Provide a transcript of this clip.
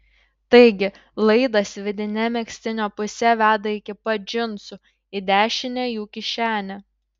taigi laidas vidine megztinio puse veda iki pat džinsų į dešinę jų kišenę